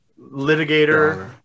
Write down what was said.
litigator